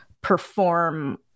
perform